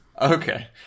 Okay